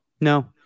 No